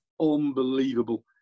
Unbelievable